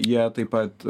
jie taip pat